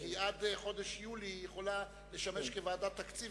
כי עד חודש יולי היא יכולה לשמש כוועדת תקציב,